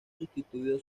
sustituido